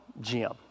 Jim